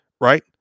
right